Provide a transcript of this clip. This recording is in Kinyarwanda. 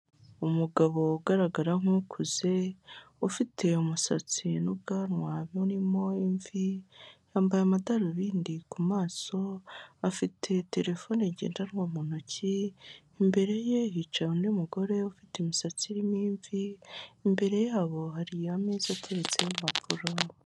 Umugabo ugaragara nk'ukuze ufite umusatsi n'ubwanwa burimo imvi yambaye amadarubindi ku maso afite terefone ngendanwa mu ntoki imbere ye hicara undi mugore ufite imisatsi irimo imvi imbere yabo hari ameza ateretseho impapuro.